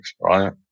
right